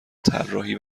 طراحی